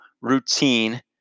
routine